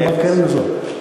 גם בקרן הזאת.